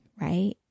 right